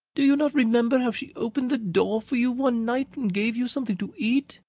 do you not remember how she opened the door for you one night and gave you something to eat?